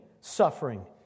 suffering